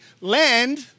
land